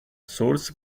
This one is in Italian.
source